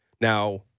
Now